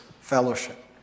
fellowship